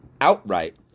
outright